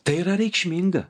tai yra reikšminga